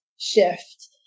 shift